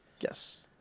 Yes